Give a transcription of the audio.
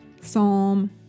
Psalm